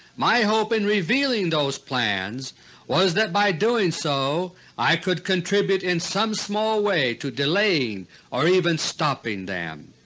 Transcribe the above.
my hope in revealing those plans was that by doing so i could contribute in some small way to delaying or even stopping them.